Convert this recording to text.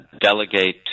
delegate